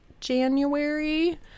January